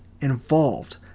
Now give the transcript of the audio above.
involved